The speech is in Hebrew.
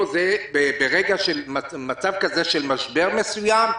ברגע של מצב כזה של משבר מסוים,